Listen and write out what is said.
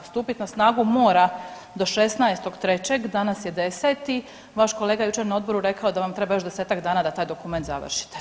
Stupit na snagu mora do 16.3., danas je 10., vaš kolega je jučer na odboru rekao da vam treba još desetak dana da taj dokument završite.